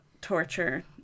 torture